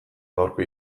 gaurko